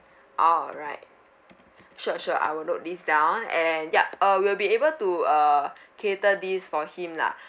alright sure sure I will note this down and yup uh we'll be able to uh cater this for him lah